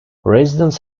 residents